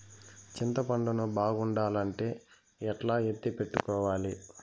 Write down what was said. చింతపండు ను బాగుండాలంటే ఎట్లా ఎత్తిపెట్టుకోవాలి?